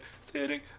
sitting